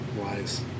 Wise